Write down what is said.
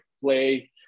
play